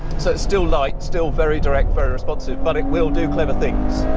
so still light, still very direct, very responsive but it will do clever things.